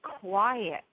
quiet